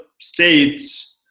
states